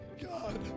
God